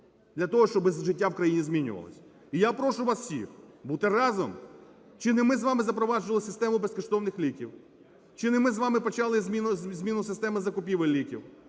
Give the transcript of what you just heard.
для того, щоб життя в країні змінювалось. І я прошу вас всіх бути разом. Чи не ми з вами запроваджували систему безкоштовних ліків? Чи не ми з вами почали зміну системи закупівель ліків?